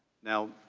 now,